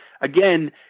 again